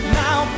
now